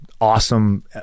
awesome